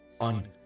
on